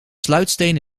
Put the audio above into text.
sluitsteen